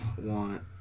want